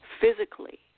physically